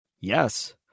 Yes